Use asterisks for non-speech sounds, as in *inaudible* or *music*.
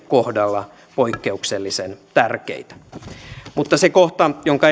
kohdalla poikkeuksellisen tärkeitä mutta se kohta jonka *unintelligible*